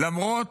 למרות